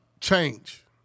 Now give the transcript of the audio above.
change